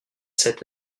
sept